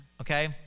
Okay